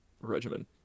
regimen